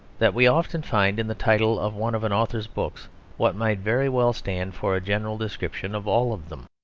that we often find in the title of one of an author's books what might very well stand for a general description of all of them.